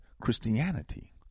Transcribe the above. Christianity